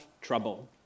trouble